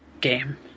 game